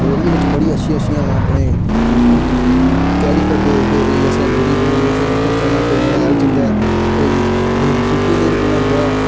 लोह्ड़ियै बिच बड़ियां अच्छियां अच्छियां अपने त्यारी करदे जेह्के भई असें लोह्ड़ी बनानी असें उद्धर जाना कोई ननिहाल जंदा ऐ कोई अपनी मशूकै लेई'र घुमान्दा ऐ